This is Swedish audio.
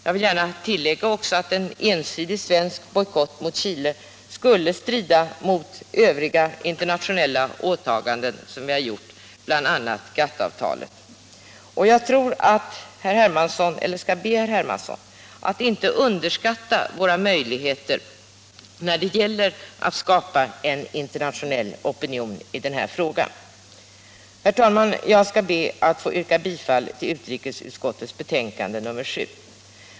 Jag vill gärna tillägga att en ensidig svensk bojkott mot Chile skulle strida mot våra övriga internationella åtaganden, bl.a. GATT-avtalet. Jag skall be herr Hermansson att inte underskatta våra möjligheter när det gäller att skapa en internationell opinion i denna fråga. Herr talman! Jag ber att få yrka bifall till utrikesutskottets betänkande nr 7.